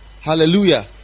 Hallelujah